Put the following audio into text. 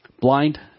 Blind